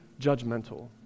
judgmental